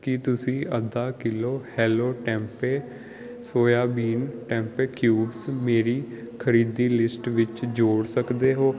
ਕੀ ਤੁਸੀਂ ਅੱਧਾ kilo hello tempeh soybean tempeh cubes ਮੇਰੀ ਖਰੀਦੀ ਲਿਸਟ ਵਿੱਚ ਜੋੜ ਸਕਦੇ ਹੋ